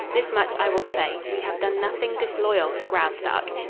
this much i will say we have done nothing disloyal to graustark.